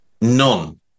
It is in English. None